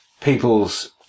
people's